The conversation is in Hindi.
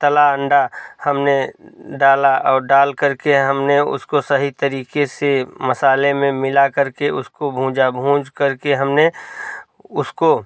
तला अंडा हमने डाला और डाल कर के हमने उसको सही तरीके से मसाले में मिला करके उसको भूंजा भूंज करके हमने उसको